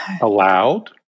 allowed